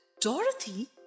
Dorothy